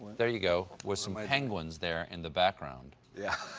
there you go, with some penguins there in the background. yeah,